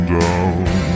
down